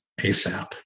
ASAP